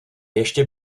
ještě